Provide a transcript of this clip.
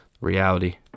reality